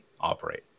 operate